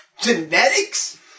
Genetics